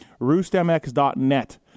roostmx.net